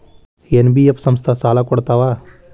NBF ಸಂಸ್ಥಾ ಸಾಲಾ ಕೊಡ್ತಾವಾ?